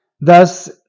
Thus